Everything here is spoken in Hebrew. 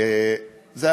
זו